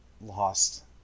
lost